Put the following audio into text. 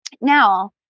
Now